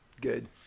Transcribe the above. Good